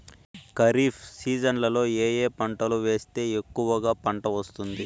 ఖరీఫ్ సీజన్లలో ఏ ఏ పంటలు వేస్తే ఎక్కువగా పంట వస్తుంది?